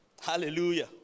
Hallelujah